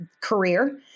career